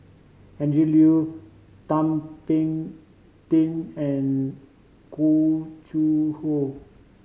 Andrew Thum Ping Tjin and Khoo Hoe